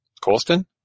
Colston